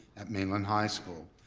at mainland high school.